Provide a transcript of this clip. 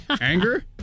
anger